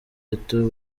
eto’o